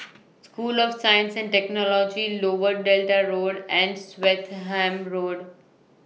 School of Science and Technology Lower Delta Road and Swettenham Road